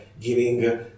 giving